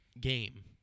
game